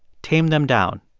tame them down.